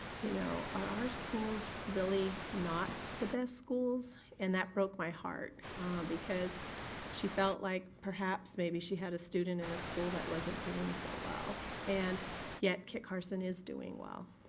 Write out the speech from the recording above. you know, are our schools really not the best schools and that broke my heart because she felt like perhaps maybe she had a student in a school that wasn't doing so well and yet kit carson is doing well.